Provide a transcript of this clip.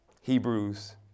Hebrews